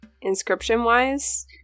inscription-wise